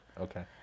Okay